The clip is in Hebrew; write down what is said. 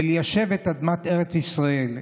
וליישב את אדמת ארץ ישראל.